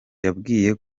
yabwiye